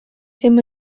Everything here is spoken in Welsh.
ddim